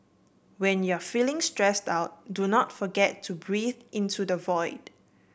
when you are feeling stressed out do not forget to breathe into the void